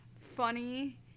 funny